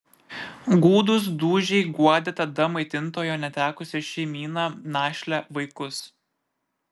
gūdūs dūžiai guodė tada maitintojo netekusią šeimyną našlę vaikus